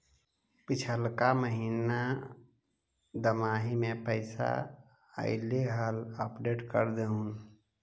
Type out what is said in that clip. पिछला का महिना दमाहि में पैसा ऐले हाल अपडेट कर देहुन?